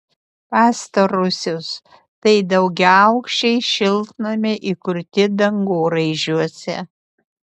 pastarosios tai daugiaaukščiai šiltnamiai įkurti dangoraižiuose